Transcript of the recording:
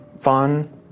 fun